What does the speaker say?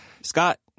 Scott